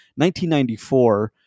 1994